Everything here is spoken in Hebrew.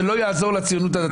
זה לא יעזור לציונות הדתית.